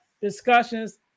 discussions